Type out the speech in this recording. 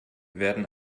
werden